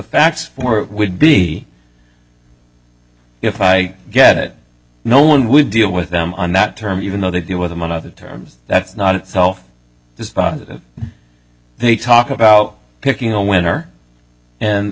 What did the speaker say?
facts for it would be if i get it no one would deal with them on that term even though they deal with among other terms that's not itself dispositive they talk about picking a winner and